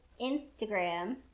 Instagram